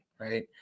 right